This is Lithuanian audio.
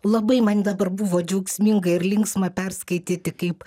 labai man dabar buvo džiaugsminga ir linksma perskaityti kaip